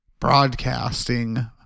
Broadcasting